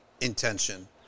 intention